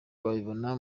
wabibona